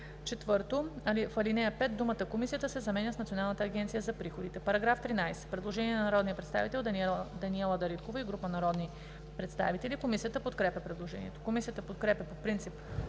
4. В ал. 5 думата „Комисията“ се заменя с „Националната агенция за приходите“.“ По § 13 има предложение на народния представител Даниела Дариткова и група народни представители. Комисията подкрепя предложението. Комисията подкрепя по принцип